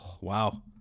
wow